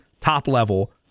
top-level –